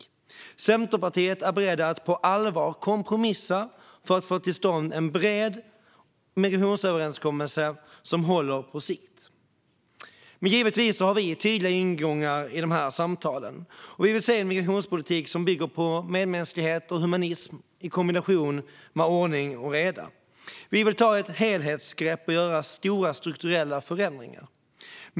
Vi i Centerpartiet är beredda att på allvar kompromissa för att få till stånd en bred migrationsöverenskommelse som håller på sikt. Givetvis har vi tydliga ingångar i samtalen. Vi vill se en migrationspolitik som bygger på medmänsklighet och humanism i kombination med ordning och reda. Vi vill ta ett helhetsgrepp och göra stora strukturella förändringar.